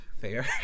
fair